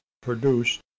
produced